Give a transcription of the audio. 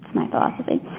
my philosophy.